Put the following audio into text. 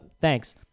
Thanks